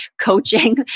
coaching